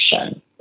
action